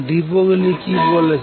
D Broglie কি বলেছেন